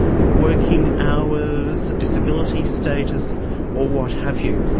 your working hours, disability status or what have you.